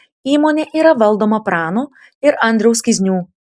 įmonė yra valdoma prano ir andriaus kiznių